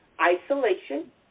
isolation